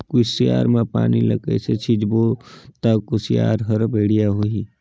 कुसियार मा पानी ला कइसे सिंचबो ता कुसियार हर बेडिया होही?